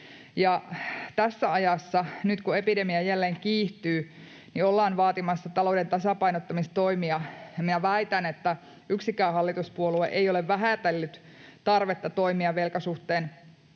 Tässä ajassa, nyt kun epidemia jälleen kiihtyy, ollaan vaatimassa talouden tasapainottamistoimia, ja minä väitän, että yksikään hallituspuolue ei ole vähätellyt tarvetta toimia velkasuhteen